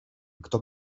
kto